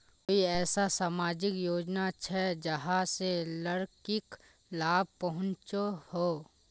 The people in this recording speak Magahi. कोई ऐसा सामाजिक योजना छे जाहां से लड़किक लाभ पहुँचो हो?